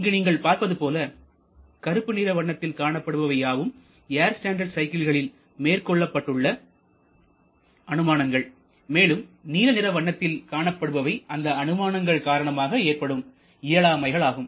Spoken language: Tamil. இங்கு நீங்கள் பார்ப்பது போல கருப்பு நிற வண்ணத்தில் காணப்படுபவை யாவும் ஏர் ஸ்டாண்டர்ட் சைக்கிள்களில் மேற்கொண்டுள்ள அனுமானங்கள் மேலும் நீல நிற வண்ணத்தில் காணப்படுபவை அந்த அனுமானங்கள் காரணமாக ஏற்படும் இயலாமைகளாகும்